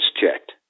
checked